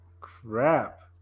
crap